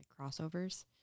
crossovers